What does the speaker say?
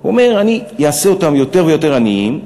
אומר: אני אעשה אותם יותר ויותר עניים,